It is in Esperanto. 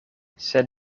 sed